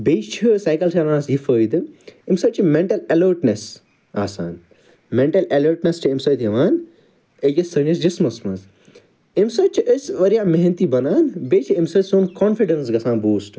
بیٚیہِ چھُ سایکل چَلاونَس یہِ فٲیدٕ اَمہِ سۭتۍ چھُ میٚنٹَل ایٚلٲرٹنیٚس آسان میٚنٹَل ایٚلٲرٹنیٚس چھِ اَمہِ سۭتۍ یِوان أکِس سٲنِس جِسمَس مَنٛز اَمہِ سۭتۍ چھِ أسۍ واریاہ محنتی بنان بیٚیہِ چھُ اَمہِ سۭتۍ سون کوانفِڈیٚنٕس گَژھان بوٗسٹہٕ